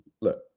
look